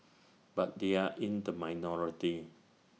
but they are in the minority